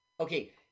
Okay